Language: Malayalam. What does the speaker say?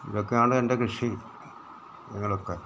ഇതൊക്കെ ആണെൻ്റെ കൃഷി ഇങ്ങനെയൊക്കെ